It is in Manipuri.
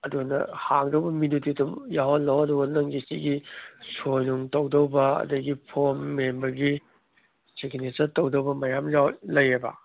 ꯑꯗꯨꯅ ꯍꯥꯡꯗꯧꯕ ꯃꯤꯗꯨꯗꯤ ꯑꯗꯨꯝ ꯌꯥꯎꯍꯜꯂꯛꯑꯣ ꯑꯗꯨꯒ ꯅꯪꯒꯤ ꯁꯤꯒꯤ ꯁꯣꯏꯅꯨꯡ ꯇꯧꯗꯧꯕ ꯑꯗꯒꯤ ꯐꯣꯝ ꯃꯦꯟꯕꯒꯤ ꯁꯤꯛꯅꯦꯆꯔ ꯇꯧꯗꯧꯕ ꯃꯌꯥꯝ ꯂꯩꯌꯦꯕ